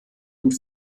und